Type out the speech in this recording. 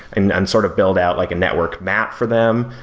and and sort of build out like a network map for them,